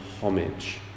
homage